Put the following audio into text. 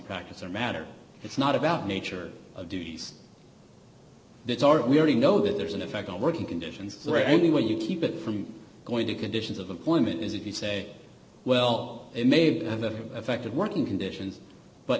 practice or matter it's not about nature of duties we already know that there's an effect on working conditions right only when you keep it from going to conditions of employment is if you say well it may have affected working conditions but